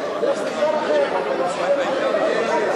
להסיר מסדר-היום